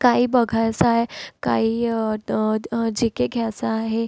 काही बघायचं आहे काही जे काही घ्यायचं आहे